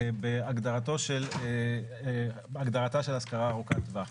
בהגדרתה של השכרה ארוכת טווח.